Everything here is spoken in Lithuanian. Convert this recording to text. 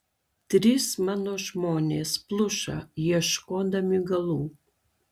trys mano žmonės pluša ieškodami galų